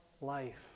life